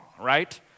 right